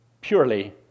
purely